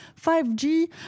5G